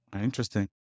Interesting